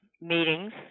meetings